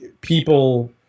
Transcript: people